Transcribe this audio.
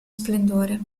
splendore